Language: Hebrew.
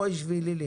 בואי שבי, לילי.